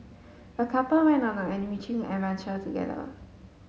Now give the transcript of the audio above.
the couple went on an enriching adventure together